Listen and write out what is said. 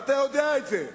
ואתה יודע את זה.